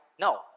no